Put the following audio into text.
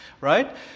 right